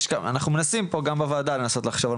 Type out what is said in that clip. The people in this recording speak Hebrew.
אנחנו מנסים גם פה בוועדה לנסות לחשוב על